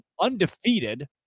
undefeated